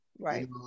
Right